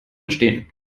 entstehen